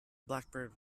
blackbird